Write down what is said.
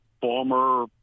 former